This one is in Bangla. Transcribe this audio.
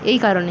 এই কারণে